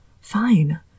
Fine